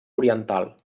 oriental